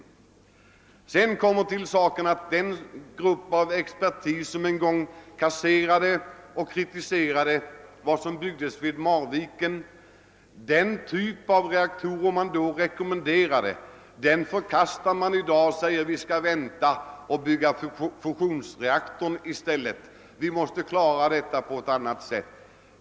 Härtill kommer sedan att den expertgrupp som en gång kritiserade och kasserade Marvikenanläggningen och den typ av reaktorer som fanns där har en annan uppfattning i dag. Nu säger man att vi skall vänta och i stället bygga fusionsreaktorer. Vi måste klara elproduktionen på annat sätt.